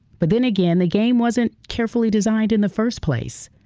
but then again the game wasn't carefully designed in the first place.